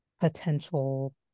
potential